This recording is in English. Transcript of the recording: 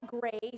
grace